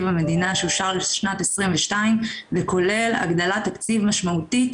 המדינה שאושר לשנת 22 וכולל הגדלת תקציב משמעותית,